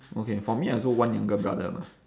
okay for me I also one younger brother lah